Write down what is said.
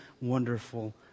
wonderful